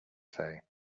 say